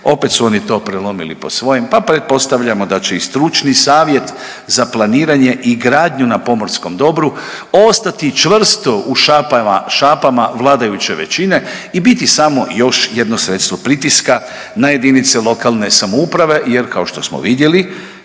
Opet su oni to prelomili po svojem, pa pretpostavljamo da će i stručni Savjet za planiranje i gradnju na pomorskom dobru ostati čvrsto u šapama vladajuće većine i biti samo još jedno sredstvo pritiska na jedinice lokalne samouprave jer kao što smo vidjeli